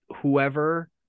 whoever